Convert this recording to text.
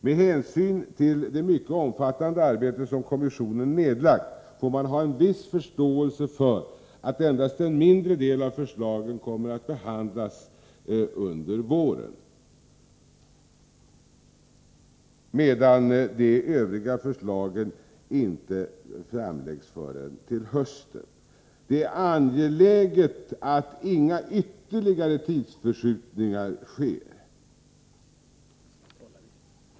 Med hänsyn till det mycket omfattande arbete som kommissionen nedlagt får man ha en viss förståelse för att endast en mindre del av förslagen kommer att behandlas under våren, medan de övriga förslagen inte framläggs förrän till hösten. Det är angeläget att inga ytterligare tidsförskjutningar sker.